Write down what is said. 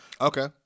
Okay